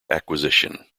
acquisition